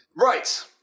Right